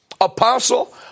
apostle